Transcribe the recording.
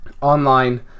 online